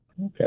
Okay